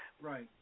Right